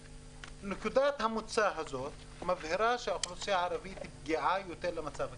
נקודת המוצא הזאת מבהירה שהאוכלוסייה הערבית פגיעה יותר מהמצב הכלכלי.